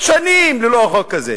שנים ללא החוק הזה.